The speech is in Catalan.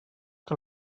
que